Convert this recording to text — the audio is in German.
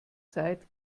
zeit